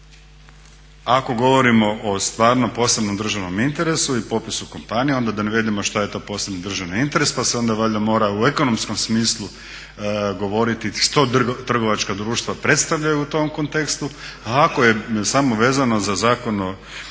Ako govorimo o stvarno posebnom državnom interesu i popisu kompanija onda da navedemo šta je to posebni državni interes pa se onda valjda mora u ekonomskom smislu govoriti što trgovačka društva predstavljaju u tom kontekstu a ako je samo vezano za Zakon o